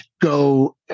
go